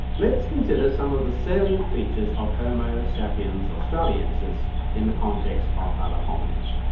let's consider some of the salient features of homo sapiens australiensis in the context of other hominids.